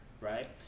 right